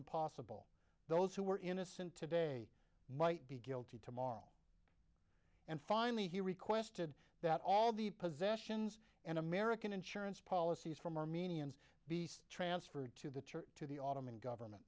impossible those who were innocent today might be guilty tomorrow and finally he requested that all the possessions and american insurance policies from armenians be transferred to the church to the autumn and government